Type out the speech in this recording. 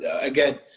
again